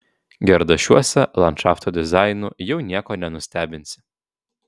gerdašiuose landšafto dizainu jau nieko nenustebinsi